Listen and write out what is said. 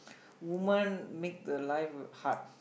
woman make the life hard